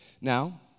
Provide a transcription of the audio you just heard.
Now